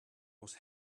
was